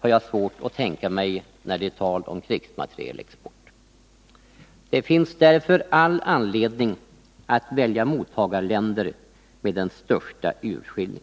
har jag svårt att tänka mig när det gäller krigsmaterielexport. Det finns därför all anledning att välja mottagarländer med största urskiljning.